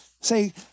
say